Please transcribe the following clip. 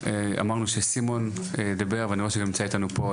אמרנו שסימון ידבר ואני רואה שגם נמצא איתנו פה,